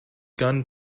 gun